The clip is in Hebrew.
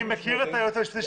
אני מכיר אותו.